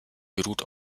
beruht